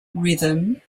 rhythm